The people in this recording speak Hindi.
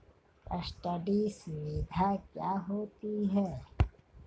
कस्टडी सुविधा क्या होती है?